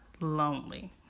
Lonely